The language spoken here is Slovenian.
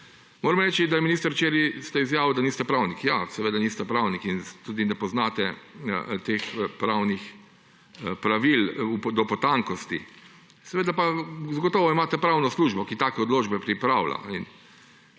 odločbo. Minister, včeraj ste izjavili, da niste pravnik. Ja, seveda niste pravnik in tudi ne poznate teh pravnih pravil do potankosti, zagotovo imate pravno službo, ki take odločbe pripravlja.